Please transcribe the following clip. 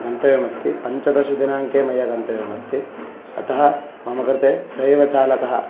गन्तव्यमस्ति पञ्चदशदिनाङ्के मया गन्तव्यमस्ति अतः मम कृते स एव चालकः